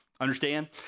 Understand